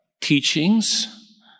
teachings